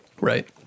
Right